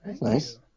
nice